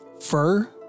fur